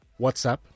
WhatsApp